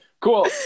cool